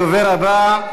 הדובר הבא,